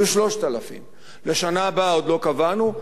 יהיו 3,000. לשנה הבאה עוד לא קבענו,